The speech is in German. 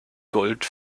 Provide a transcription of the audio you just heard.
gold